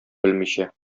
белмичә